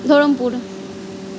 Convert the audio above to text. Dharampur